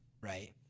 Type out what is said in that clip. right